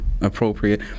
appropriate